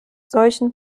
solchen